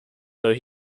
though